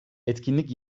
etkinlik